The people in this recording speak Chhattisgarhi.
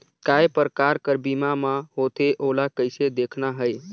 काय प्रकार कर बीमा मा होथे? ओला कइसे देखना है?